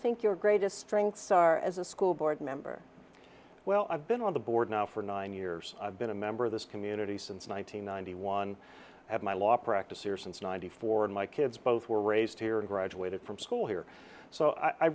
think your greatest strengths are as a school board member well i've been on the board now for nine years i've been a member of this community since one thousand nine hundred one have my law practice here since ninety four and my kids both were raised here and graduated from school here so i